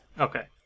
Okay